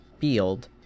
field